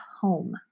home